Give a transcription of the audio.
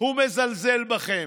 הוא מזלזל בכם.